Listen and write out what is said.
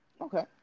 okay